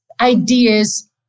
ideas